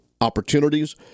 opportunities